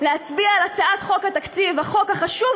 אני יודעת,